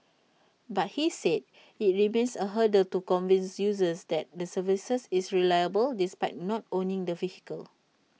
but he said IT remains A hurdle to convince users that the services is reliable despite not owning the vehicles